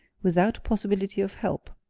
without possibility of help!